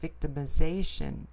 victimization